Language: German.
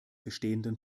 bestehenden